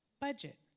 Budget